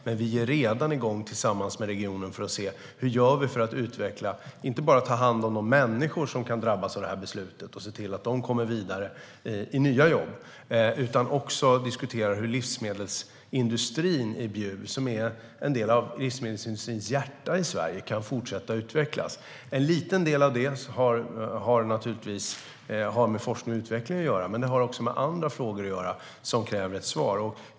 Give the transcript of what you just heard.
Men vi är redan igång tillsammans med regionen för att se vad vi kan göra, inte bara för att ta hand om de människor som kan drabbas av detta och se till att de kommer vidare i nya jobb utan för att livsmedelsindustrin i Bjuv, som är en del av livsmedelsindustrins hjärta i Sverige, kan fortsätta att utvecklas. Svar på interpellationer En liten del av det har med forskning och utveckling att göra, men det har också med andra frågor att göra som kräver ett svar.